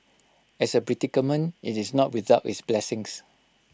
as A predicament IT is not without its blessings